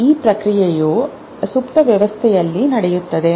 ಈ ಪ್ರಕ್ರಿಯೆಯು ಸುಪ್ತಾವಸ್ಥೆಯಲ್ಲಿ ನಡೆಯುತ್ತದೆ